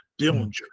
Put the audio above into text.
dillinger